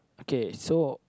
okay so